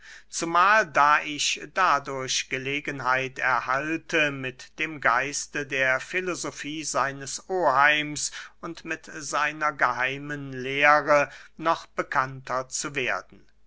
zumahl da ich dadurch gelegenheit erhalte mit dem geiste der filosofie seines oheims und mit seiner geheimen lehre noch bekannter zu werden